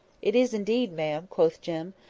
it is indeed, ma'am, quoth jem.